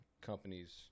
companies